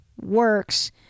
works